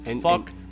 fuck